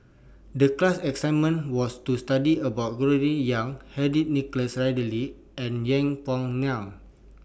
The class assignment was to study about Gregory Yong Henry Nicholas Ridley and Yeng Pway Ngon